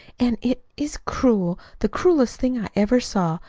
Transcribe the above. an' it is cruel, the cruelest thing i ever saw,